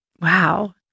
wow